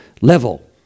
level